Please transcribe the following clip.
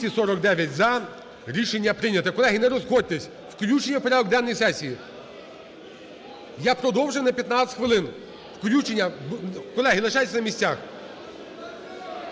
249 - за. Рішення прийняте. Колеги, не розходьтесь. Включення в порядок денний сесії. Я продовжив на 15 хвилин. Включення… Колеги, лишайтеся на місцях.